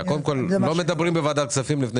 קודם כל לא מדברים בוועדת הכספים לפני